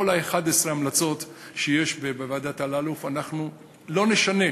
כל 11 ההמלצות של ועדת אלאלוף, אנחנו לא נשנה.